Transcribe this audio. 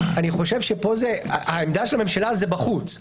פה העמדה של הממשלה זה בחוץ.